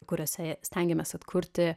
kuriose stengėmės atkurti